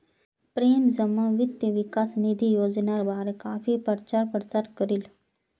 प्रेम जमा वित्त विकास निधि योजनार बारे काफी प्रचार प्रसार करील